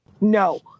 No